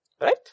right